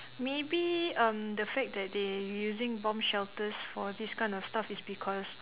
maybe um the fact that they using bomb shelters for this kind of stuff is because